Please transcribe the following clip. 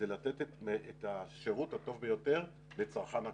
לתת את השירות הטוב ביותר לצרכן הקצה,